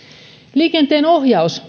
liikenteenohjaus